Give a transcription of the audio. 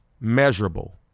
measurable